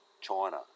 China